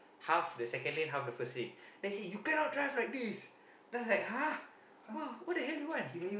half the second lane half the first lane then he you cannot drive like this then I was like !huh! !wah! what the hell you want